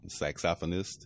saxophonist